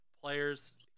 Players